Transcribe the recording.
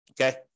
Okay